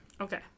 Okay